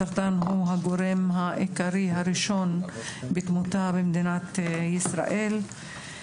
סרטן הוא הגורם העיקרי הראשון לתמותה במדינת ישראל.